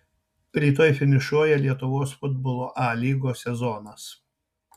rytoj finišuoja lietuvos futbolo a lygos sezonas